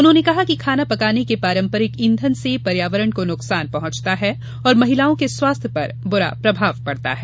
उन्होंने कहा कि खाना पकाने के पारंपरिक ईंधन से पर्यावरण को नुकसान पहुंचता है और महिलाओं के स्वास्थ्य पर बुरा प्रभाव पड़ता है